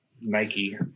Nike